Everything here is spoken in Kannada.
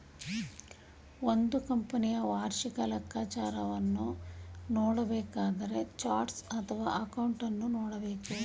ಒಂದು ಕಂಪನಿಯ ವಾರ್ಷಿಕ ಲೆಕ್ಕಾಚಾರವನ್ನು ನೋಡಬೇಕಾದರೆ ಚಾರ್ಟ್ಸ್ ಆಫ್ ಅಕೌಂಟನ್ನು ನೋಡಬೇಕು